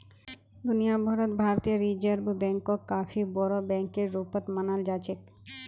दुनिया भर त भारतीय रिजर्ब बैंकक काफी बोरो बैकेर रूपत मानाल जा छेक